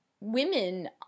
women